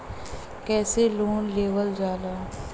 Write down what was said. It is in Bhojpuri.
कैसे लोन लेवल जाला?